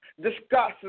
Discuss